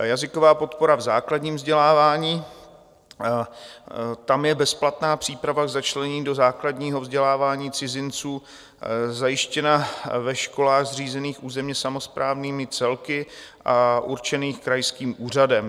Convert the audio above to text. Jazyková podpora v základním vzdělávání: tam je bezplatná příprava k začlenění do základního vzdělávání cizinců zajištěna ve školách řízených územními samosprávnými celky a určených krajským úřadem.